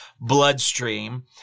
bloodstream